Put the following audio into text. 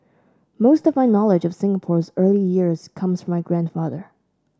most of my knowledge of Singapore's early years comes from my grandfather